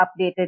updated